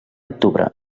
octubre